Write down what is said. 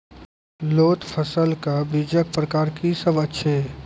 लोत फसलक बीजक प्रकार की सब अछि?